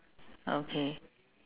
okay